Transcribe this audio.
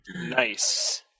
Nice